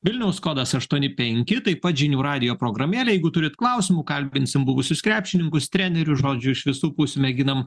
vilniaus kodas aštuoni penki taip pat žinių radijo programėlėj jeigu turit klausimų kalbinsim buvusius krepšininkus trenerius žodžiu iš visų pusių mėginam